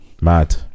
Mad